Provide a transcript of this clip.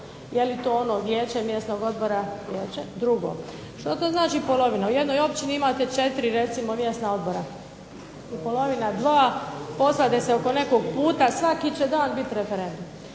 je li to vijeće mjesnih odbora. Drugo, što to znači polovina, u jednoj općini imate četiri mjesna odbora. Polovina dva, posvade se oko nekog puta svaki dan će biti referendum.